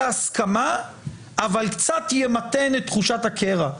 הסכמה אבל קצת ימתן את תחושת הקרע,